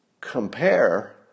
compare